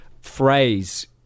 phrase